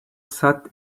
sat